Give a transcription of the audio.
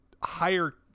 higher